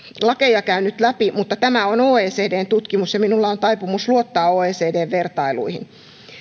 lakeja käynyt läpi mutta tämä on oecdn tutkimus ja minulla on taipumus luottaa oecdn vertailuihin